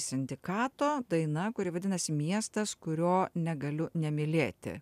sindikato daina kuri vadinasi miestas kurio negaliu nemylėti